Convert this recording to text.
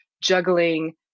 juggling